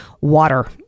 water